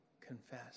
confess